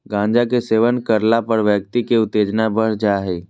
गांजा के सेवन करला पर व्यक्ति के उत्तेजना बढ़ जा हइ